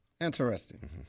Interesting